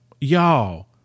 y'all